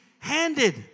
Handed